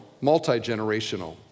multi-generational